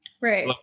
Right